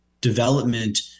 development